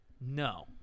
no